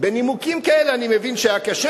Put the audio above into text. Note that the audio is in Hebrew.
בנימוקים כאלה אני מבין שהיה קשה,